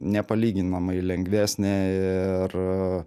nepalyginamai lengvesnė ir